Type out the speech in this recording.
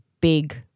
big